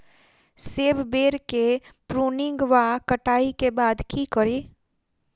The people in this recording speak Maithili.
सेब बेर केँ प्रूनिंग वा कटाई केँ बाद की करि?